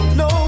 no